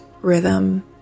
rhythm